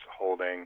holding